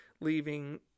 leaving